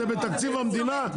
זה בתקציב המדינה,